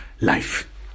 Life